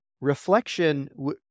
Reflection